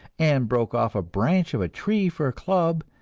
and broke off a branch of a tree for a club,